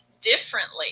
differently